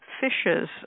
Fishes